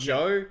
Joe